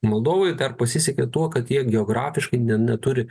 moldovai dar pasisekė tuo kad jie geografiškai ne neturi